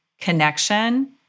connection